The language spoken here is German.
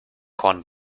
korn